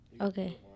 okay